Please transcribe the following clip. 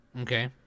Okay